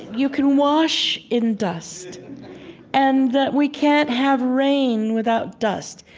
you can wash in dust and that we can't have rain without dust.